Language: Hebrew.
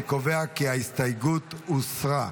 אני קובע כי ההסתייגות הוסרה.